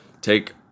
take